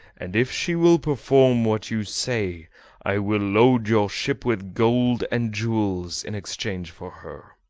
and if she will perform what you say i will load your ship with gold and jewels in exchange for her.